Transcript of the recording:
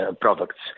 Products